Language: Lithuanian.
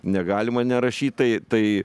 negalima nerašyt tai tai